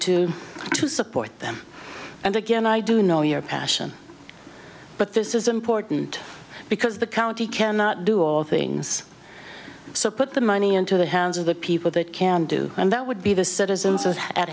to to support them and again i do know your passion but this is important because the county cannot do all things so put the money into the hands of the people that can do and that would be the citizens of at